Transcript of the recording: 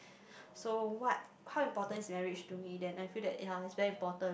so what how important is marriage to me then I feel that yea is very important